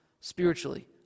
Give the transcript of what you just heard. spiritually